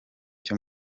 cyo